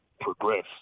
progress